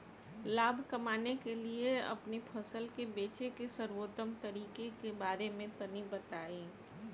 लाभ कमाने के लिए अपनी फसल के बेचे के सर्वोत्तम तरीके के बारे में तनी बताई?